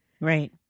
right